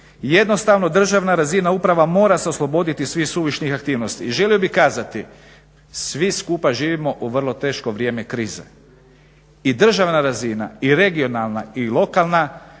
jednostavno državna razina uprava mora se osloboditi svih suvišnih aktivnosti. I želio bih kazati, svi skupa živimo u vrlo teško vrijeme krize i državna razina i regionalna i lokalna moraju